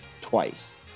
twice